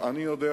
אני אסיר